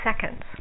seconds